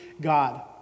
God